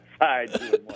outside